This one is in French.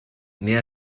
mais